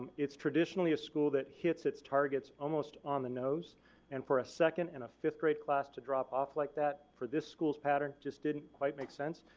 it's traditionally a school that hits its targets almost on the nose and for a second and a fifth grade class to drop off like that, for this school's pattern just didn't quite make sense.